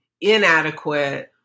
inadequate